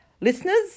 Listeners